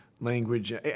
language